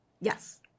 Yes